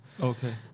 Okay